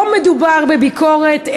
לא מדובר בביקורת,